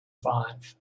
five